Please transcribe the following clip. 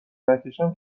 نکشم